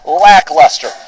lackluster